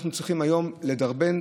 אנחנו צריכים היום לדרבן.